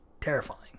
terrifying